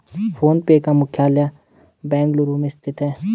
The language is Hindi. फोन पे का मुख्यालय बेंगलुरु में स्थित है